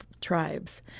tribes